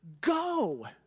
go